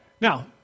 Now